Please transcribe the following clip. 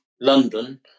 London